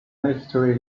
mystery